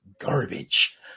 garbage